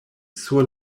sur